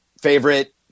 favorite